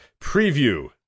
preview